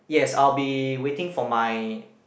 yes I'll be waiting for my